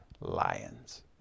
lions